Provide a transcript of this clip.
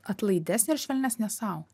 atlaidesnė ir švelnesnė sau